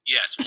Yes